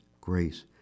grace